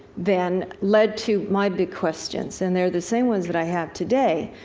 then, led to my big questions. and they're the same ones that i have today.